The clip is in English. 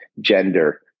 gender